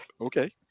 okay